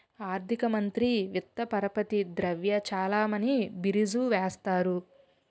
ఆర్థిక మంత్రి విత్త పరపతి ద్రవ్య చలామణి బీరీజు వేస్తారు